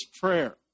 prayer